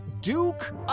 Duke